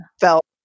felt